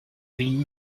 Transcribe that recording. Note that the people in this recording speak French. ville